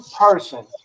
person